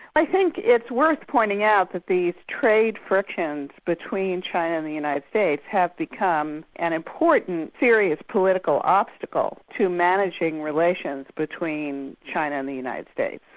i think it's worth pointing out that these trade frictions between china and the united states have become an important, serious political obstacle to managing relations between china and the united states.